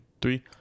three